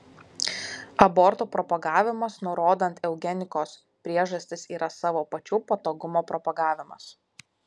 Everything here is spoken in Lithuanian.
abortų propagavimas nurodant eugenikos priežastis yra savo pačių patogumo propagavimas